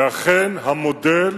אכן המודל,